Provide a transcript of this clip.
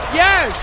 yes